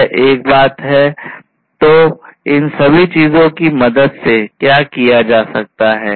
यह एक बात है तो इन सभी चीजों की मदद से क्या किया जा सकता है